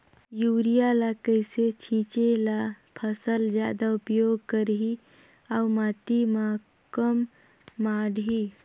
Urea ल कइसे छीचे ल फसल जादा उपयोग करही अउ माटी म कम माढ़ही?